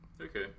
Okay